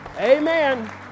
Amen